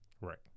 Right